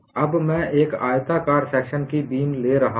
अब मैं एक आयताकार सेक्शन की बीम ले रहा हूं